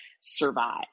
survive